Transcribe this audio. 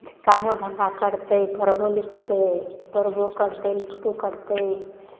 जे कामो धन्धा करतै पढ़बो लिखतै पढ़बो करतै लिखबो करतै